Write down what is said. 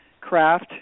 Craft